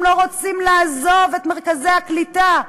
הם לא רוצים לעזוב את מרכזי הקליטה.